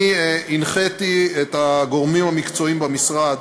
אני הנחיתי את הגורמים המקצועיים במשרד,